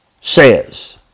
says